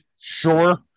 Sure